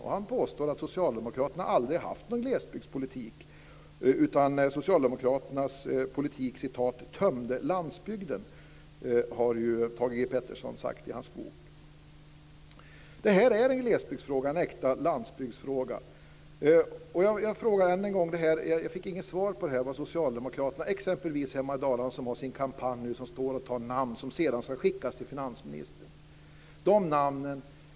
Han säger i sin bok att Socialdemokraterna aldrig har haft någon glesbygdspolitik, utan Det här är en glesbygdsfråga, en äkta landsbygdsfråga. Jag fick inget svar på frågan om exempelvis Socialdemokraternas kampanj hemma i Dalarna, där de står och tar upp namn som sedan ska skickas till finansministern.